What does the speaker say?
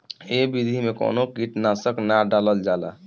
ए विधि में कवनो कीट नाशक ना डालल जाला